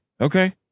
okay